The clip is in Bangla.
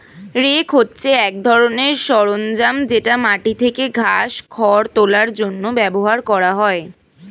রেক হচ্ছে এক ধরনের সরঞ্জাম যেটা মাটি থেকে ঘাস, খড় তোলার জন্য ব্যবহার করা হয়